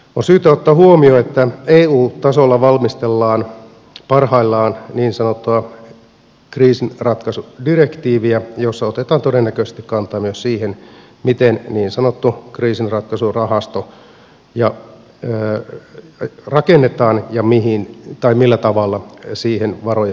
on syytä ottaa huomioon että eu tasolla valmistellaan parhaillaan niin sanottua kriisinratkaisudirektiiviä jossa otetaan todennäköisesti kantaa myös siihen miten niin sanottu kriisinratkaisurahasto rakennetaan tai millä tavalla siihen varoja sitten kerrytetään